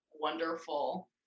wonderful